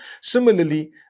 Similarly